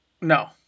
No